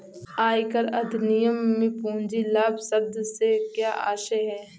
आयकर अधिनियम में पूंजी लाभ शब्द से क्या आशय है?